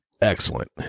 excellent